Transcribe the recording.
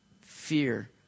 fear